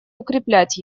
укреплять